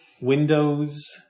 Windows